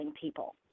people